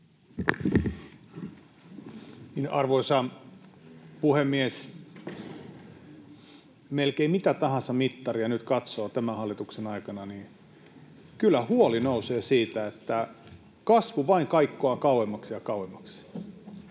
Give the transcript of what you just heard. Arvoisa puhemies! Kun melkein mitä tahansa mittaria nyt katsoo tämän hallituksen aikana, niin kyllä huoli nousee siitä, että kasvu vain kaikkoaa kauemmaksi ja kauemmaksi.